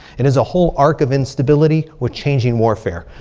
it is a whole arc of instability with changing warfare.